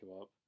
up